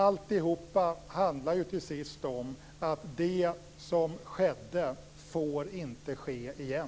Alltihop handlar till sist om att det som skedde inte får ske igen.